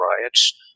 riots